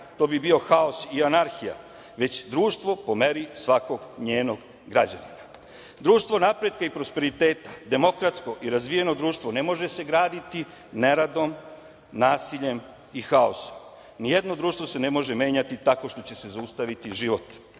to bi bio haos i anarhija, već društvo po meri svakog njenog građanina. Društvo napretka i prosperiteta, demokratsko i razvijeno društvo, ne može se graditi neradom, nasiljem i haosom. Nijedno društvo se ne može menjati tako što će se zaustaviti život.